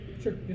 Sure